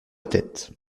tête